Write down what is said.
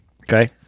Okay